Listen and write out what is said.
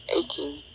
aching